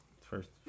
first